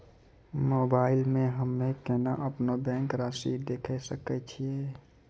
Mobile मे हम्मय केना अपनो बैंक रासि देखय सकय छियै?